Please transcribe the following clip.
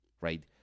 Right